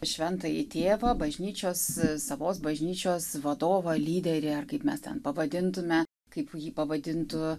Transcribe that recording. šventąjį tėvą bažnyčios savos bažnyčios vadovą lyderį ar kaip mes ten pavadintume kaip jį pavadintų